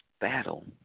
battle